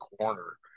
corner